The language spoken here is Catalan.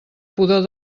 pudor